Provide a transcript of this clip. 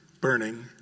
burning